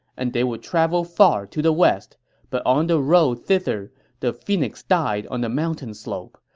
and they would travel far to the west but on the road thither the phoenix died on the mountain slope.